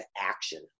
action